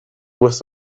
was